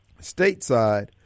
stateside